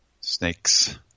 Snakes